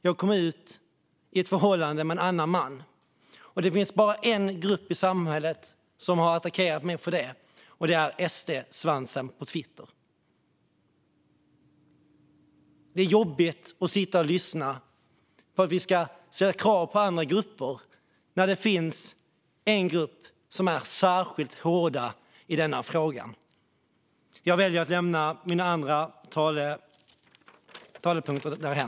Jag kom ut om mitt förhållande med en annan man. Det finns bara en grupp i samhället som har attackerat mig för detta, och det är SD-svansen på Twitter. Det är jobbigt att sitta och lyssna på hur vi ska ställa krav på andra grupper när det finns en grupp där man är särskilt hård i denna fråga. Jag väljer att lämna mina andra talepunkter därhän.